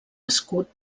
escut